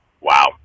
wow